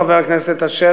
חבר הכנסת אשר,